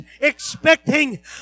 expecting